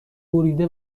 بریده